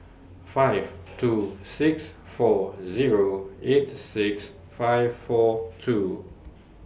five two six four Zero eight six five four two